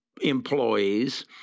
employees